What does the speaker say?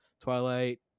Twilight